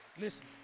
Listen